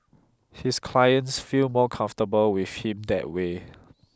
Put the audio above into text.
his clients feel more comfortable with him that way